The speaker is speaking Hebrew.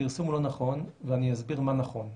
הפרסום הוא לא נכון ואני אסביר מה נכון.